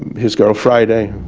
his girl friday,